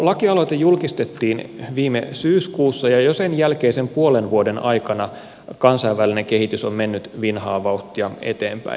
lakialoite julkistettiin viime syyskuussa ja jo sen jälkeisen puolen vuoden aikana kansainvälinen kehitys on mennyt vinhaa vauhtia eteenpäin